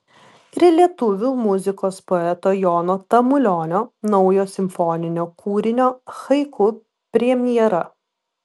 ir lietuvių muzikos poeto jono tamulionio naujo simfoninio kūrinio haiku premjera